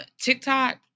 TikTok